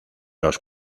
los